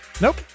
Nope